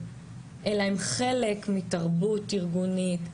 אלא הן חלק מתרבות ארגונית,